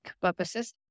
purposes